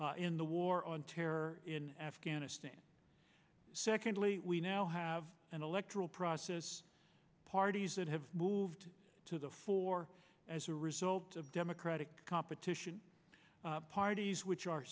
in the war on terror in afghanistan secondly we now have an electoral process parties that have moved to the fore as a result of democratic competition parties which are